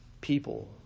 people